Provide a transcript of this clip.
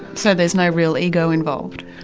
so there's no real ego involved.